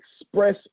express